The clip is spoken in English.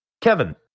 Kevin